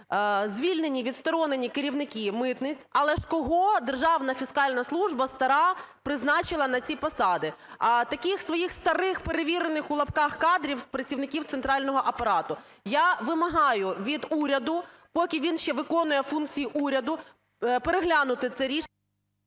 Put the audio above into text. Звільнені, відсторонені керівники митниць. Але ж кого Державна фіскальна служба стара призначила на ці посади? Таких своїх старих, "перевірених" (у лапках) кадрів, працівників центрального апарату. Я вимагаю від уряду, поки він ще виконує функції уряду, переглянути це рішення…